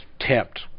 tempt